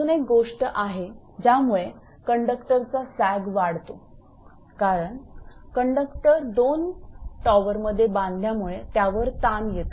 अजून एक गोष्ट आहे ज्यामुळे कंडक्टरचा सॅग वाढतो कारण कंडक्टर दोन टॉवरमध्ये बांधल्यामुळे त्यावर ताण येतो